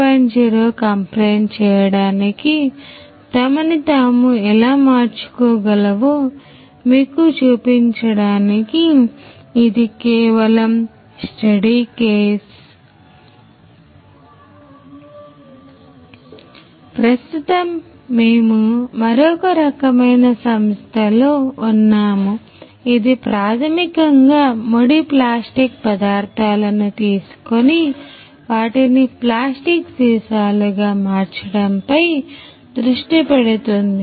0 complaint చేయడానికి తమను తాము ఎలా మార్చుకోగలవో మీకు చూపించడానికి ఇది కేవలం ఒక కేస్ స్టడీ ప్రస్తుతం మేము మరొక రకమైన సంస్థలో ఉన్నాము ఇది ప్రాథమికంగా ముడి ప్లాస్టిక్ పదార్థాలను తీసుకొని వాటిని ప్లాస్టిక్ సీసాలుగా మార్చడంపై దృష్టి పెడుతుంది